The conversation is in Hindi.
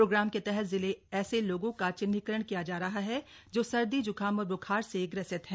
प्रोग्राम के तहत जिले ऐसे लोगों का चिन्हीकरण किया जा रहा है जो सर्दी ज्काम और ब्खार से ग्रसित हैं